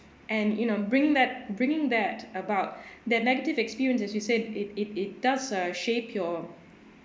and you know bring that bringing that about that negative experience as you said it it it does uh shape your